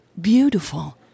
beautiful